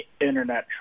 internet